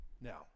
Now